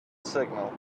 signal